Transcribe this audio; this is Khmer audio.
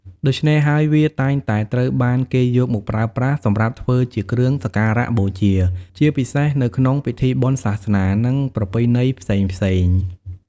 ដូច្នេះហើយ វាតែងតែត្រូវបានគេយកមកប្រើប្រាស់សម្រាប់ធ្វើជាគ្រឿងសក្ការបូជាជាពិសេសនៅក្នុងពិធីបុណ្យសាសនា និងប្រពៃណីផ្សេងៗ។